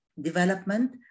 development